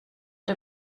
den